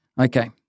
Okay